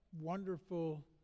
wonderful